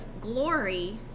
glory